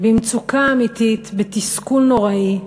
במצוקה אמיתית, בתסכול נוראי,